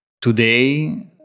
Today